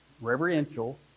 reverential